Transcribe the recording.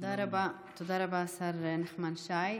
תודה רבה, השר נחמן שי.